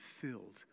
filled